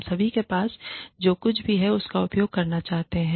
हम सभी के पास जो कुछ भी है उसका उपयोग करना चाहते हैं